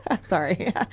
Sorry